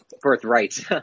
birthright